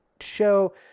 Show